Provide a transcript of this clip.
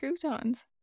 croutons